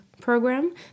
program